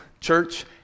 church